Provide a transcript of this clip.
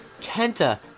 Kenta